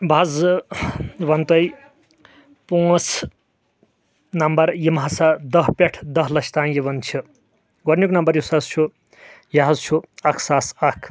بہٕ حظ ووٚنہٕ تۄہہِ پانٛژھ نمبر یِم ہسا دہ پٮ۪ٹھٕ دہ لچھ تام یِون چھِ گۄڈٕنیُک نمبر یُس حظ چھُ یہِ حظ چھُ اکھ ساس اکھ